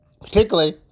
particularly